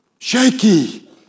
shaky